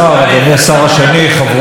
שמענו פה את ראש הממשלה,